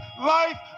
Life